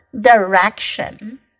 direction